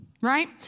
right